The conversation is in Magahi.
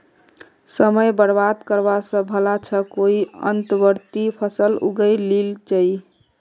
समय बर्बाद करवा स भला छ कोई अंतर्वर्ती फसल उगइ लिल जइ